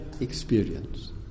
experience